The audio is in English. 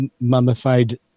mummified